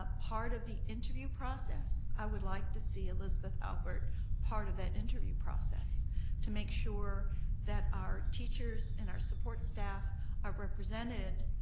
ah part of the interview process, i would like to see elizabeth albert part of that interview process to make sure that our teachers and our support staff are represented